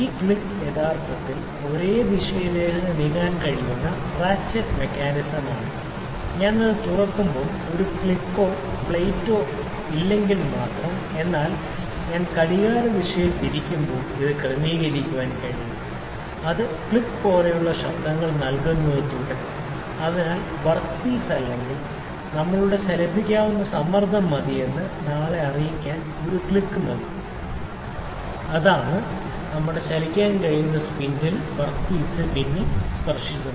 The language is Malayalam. ഈ ക്ലിക്ക് യഥാർത്ഥത്തിൽ ഒരു ദിശയിലേക്ക് നീങ്ങാൻ കഴിയുന്ന റാറ്റ്ചെറ്റ് മെക്കാനിസമാണ് ഞാൻ അത് തുറക്കുമ്പോൾ ഒരു ക്ലിക്കോ പ്ലേറ്റോ ഇല്ലെങ്കിൽ മാത്രം എന്നാൽ ഞാൻ അത് ഘടികാരദിശയിൽ തിരിക്കുമ്പോൾ ഇത് ക്രമീകരിക്കാൻ കഴിയും അത് ക്ലിക്ക് പോലുള്ള ക്ലിക്ക് ശബ്ദങ്ങൾ നൽകുന്നത് തുടരും എന്നാൽ വർക്ക് പീസ് അല്ലെങ്കിൽ നമ്മളുടെ ചലിപ്പിക്കാവുന്ന സമ്മർദ്ദം മതിയെന്ന് നമ്മളെ അറിയിക്കാൻ ഒരു ക്ലിക്ക് മതി അതാണ് നമ്മളുടെ ചലിക്കാൻ കഴിയുന്ന സ്പിൻഡിലുകൾ വർക്ക് പീസിൽ സ്പർശിക്കുന്നത്